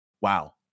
Wow